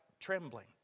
trembling